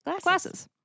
Glasses